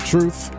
Truth